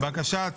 בקשת